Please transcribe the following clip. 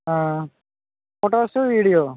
photos video